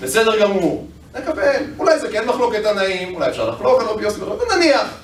בסדר גמור, נקבל, אולי זה כן מחלוקת תנאים, אולי אפשר לחלוק על רבי יוסי, נניח